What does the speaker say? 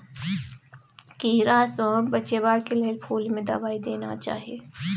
कीड़ा सँ बचेबाक लेल फुल में दवाई देना चाही